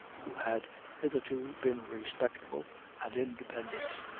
who had hitherto been respectable and independent,